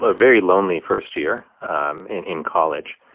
ah very lonely first year um in in college,